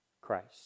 Christ